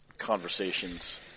conversations